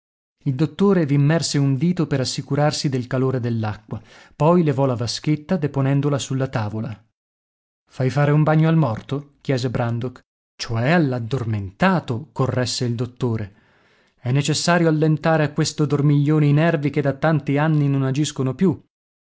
il dottore v'immerse un dito per assicurarsi del calore dell'acqua poi levò la vaschetta deponendola sulla tavola fai fare un bagno al morto chiese brandok cioè all'addormentato corresse il dottore è necessario allentare a questo dormiglione i nervi che da tanti anni non agiscono più